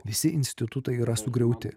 visi institutai yra sugriauti